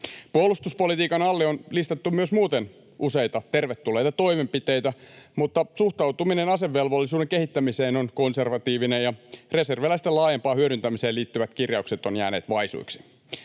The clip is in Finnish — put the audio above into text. Puolustuspolitiikan alle on listattu myös muuten useita tervetulleita toimenpiteitä, mutta suhtautuminen asevelvollisuuden kehittämiseen on konservatiivinen ja reserviläisten laajempaan hyödyntämiseen liittyvät kirjaukset ovat jääneet vaisuiksi.